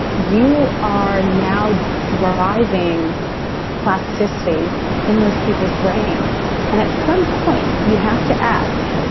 you are now driving plasticity in those people's brains and at some point, you have to ask,